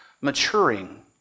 maturing